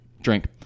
Drink